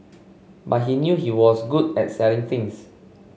but he knew he was good at selling things